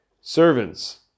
servants